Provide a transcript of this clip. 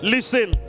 Listen